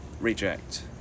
reject